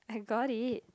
I got it